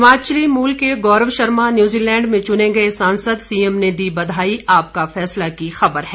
हिमाचली मूल के गौरव शर्मा न्यूजीलैंड में चुने गए सांसद सीएम ने दी बधाई आपका फैसला की खबर है